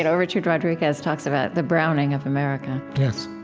you know richard rodriguez talks about the browning of america yes